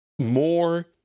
more